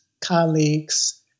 colleagues